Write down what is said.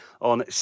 on